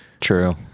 True